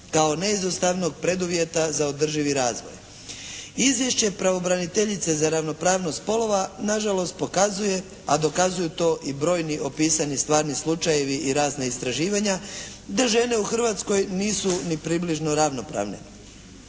kao neizostavnog preduvjeta za održivi razvoj. Izvješće pravobraniteljice za ravnopravnost spolova na žalost pokazuje, a dokazuju to i brojni opisani stvarni slučajevi i razna istraživanja da žene u Hrvatskoj nisu ni približno ravnopravne.